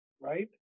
right